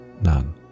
none